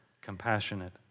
compassionate